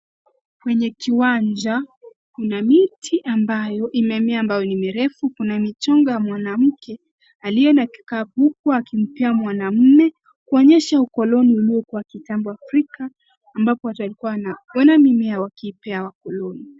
Kwenye kiwanja, kuna miti ambayo imemea ambayo ni mirefu, kuna michongo ya mwanamke, aliye na kikapu huku akimpea mwanamume kuonyesha ukoloni uliokua kitambo afrika, ambapo watu walikua wanavuna mimea wakipea wakoloni.